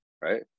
right